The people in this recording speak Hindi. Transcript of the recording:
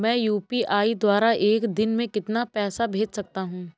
मैं यू.पी.आई द्वारा एक दिन में कितना पैसा भेज सकता हूँ?